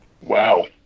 Wow